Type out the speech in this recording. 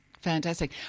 Fantastic